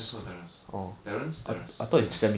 that's called a terrace terrence terrace terrace